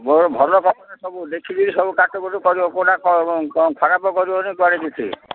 ମୋ ଭଲ କପଡ଼ା ସବୁ ଦେଖିକି ସବୁ କାଟ କୁଟୁ କରିବ କୋଉଟା ଖରାପ କରିବନି କୁଆଡ଼େ କିଛି